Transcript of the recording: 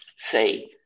say